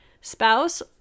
spouse